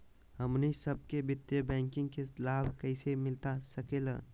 हमनी सबके वित्तीय बैंकिंग के लाभ कैसे मिलता सके ला?